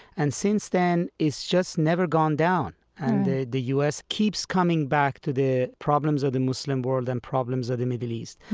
and since then, it's just never gone down, and the u s. keeps coming back to the problems of the muslim world and problems of the middle east.